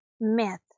myth